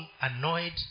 annoyed